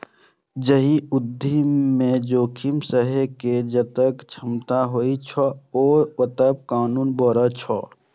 जाहि उद्यमी मे जोखिम सहै के जतेक क्षमता होइ छै, ओ ओतबे आगू बढ़ै छै